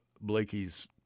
Blakey's